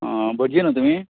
भटजी न्हय तुमी